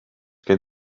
gen